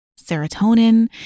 serotonin